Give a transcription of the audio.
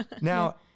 Now